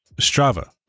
Strava